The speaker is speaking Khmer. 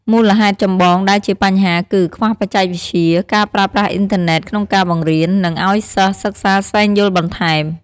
មូលហេតុចម្បងដែលជាបញ្ហាគឺ ខ្វះបច្ចេកវិទ្យា ការប្រើប្រាស់អុីនធឺណេតក្នុងការបង្រៀន និងឱ្យសិស្សសិក្សាស្វែងយល់បន្ថែម។